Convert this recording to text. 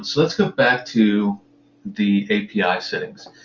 let's go back to the api settings.